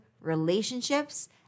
relationships